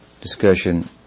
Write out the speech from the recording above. discussion